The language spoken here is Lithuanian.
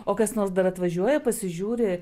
o kas nors dar atvažiuoja pasižiūri